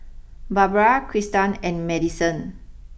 Barbra Kristan and Madisen